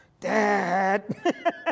Dad